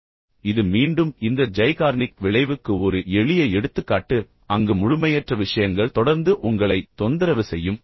இப்போது இது மீண்டும் இந்த ஜைகார்னிக் விளைவுக்கு ஒரு எளிய எடுத்துக்காட்டு அங்கு முழுமையற்ற விஷயங்கள் தொடர்ந்து உங்களைத் தொந்தரவு செய்யும்